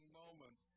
moment